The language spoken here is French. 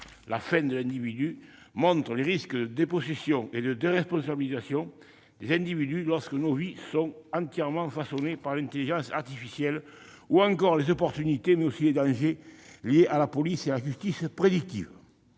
Gaspard Koenig,, montre les risques de dépossession et de déresponsabilisation des individus lorsque nos vies seront entièrement façonnées par l'intelligence artificielle, ou encore les opportunités, mais aussi les dangers, liés à la police et à la justice prédictives.